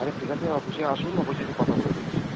আচ্ছা ঠিক আছে অফিসে আসুন অফিসে এসে কথা বলে দেখছি